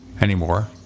anymore